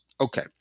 Okay